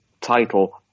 title